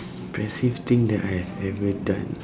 impressive thing that I've ever done